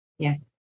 Yes